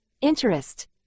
interest